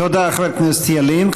תודה, חבר הכנסת ילין.